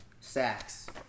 Sacks